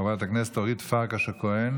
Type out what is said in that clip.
חברת הכנסת אורית פרקש הכהן,